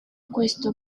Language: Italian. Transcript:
questo